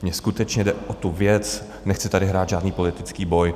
Mně skutečně jde o tu věc, nechci tady hrát žádný politický boj.